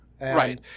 Right